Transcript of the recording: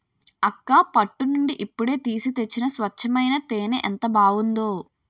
అక్కా పట్టు నుండి ఇప్పుడే తీసి తెచ్చిన స్వచ్చమైన తేనే ఎంత బావుందో